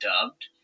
dubbed